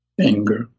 anger